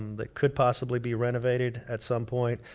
that could possibly be renovated at some point.